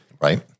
right